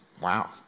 wow